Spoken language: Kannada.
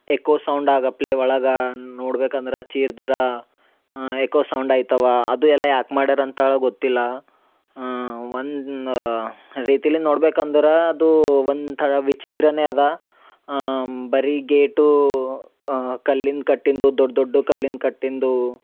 ಎಕೋ ಸೌಂಡ್ ಆಗ ಪ್ಲೇ ಒಳಗ ನೋಡ್ಬೇಕು ಅಂದ್ರ ಚೀರ್ದುರ ಎಕೋ ಸೌಂಡ್ ಐತವ ಅದು ಎಲ್ಲ ಯಾಕೆ ಮಾಡ್ಯರ ಅಂತೇಳ್ ಗೊತ್ತಿಲ್ಲ ಒಂದು ರೀತಿಲಿ ನೋಡ್ಬೇಕು ಅಂದ್ರ ಅದು ಒಂದು ಥರ ವಿಚಿತ್ರನೆ ಅದ ಬರೀ ಗೇಟು ಕಲ್ಲಿನ ಕಟ್ಟಿಂದು ದೊಡ್ಡ ದೊಡ್ಡು ಕಲ್ಲಿನ ಕಟ್ಟಿಂದು